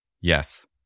yes